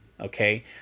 okay